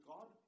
God